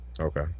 Okay